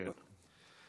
זכרו.